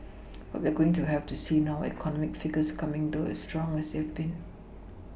what we're going to have to see now are economic figures coming through as strong as they have been